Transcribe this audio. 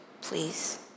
please